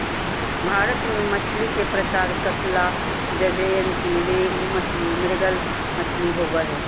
भारत में मछली के प्रकार कतला, ज्जयंती रोहू मछली, मृगल मछली होबो हइ